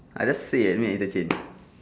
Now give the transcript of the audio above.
I just say eh meet at interchange